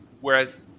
Whereas